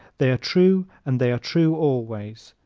they are true and they are true always.